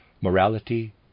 morality